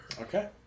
Okay